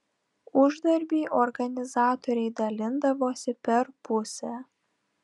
uždarbį organizatoriai dalindavosi per pusę